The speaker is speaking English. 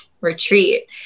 retreat